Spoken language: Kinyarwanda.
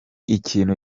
ikintu